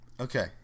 Okay